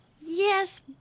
Yes